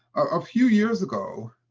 a few years ago,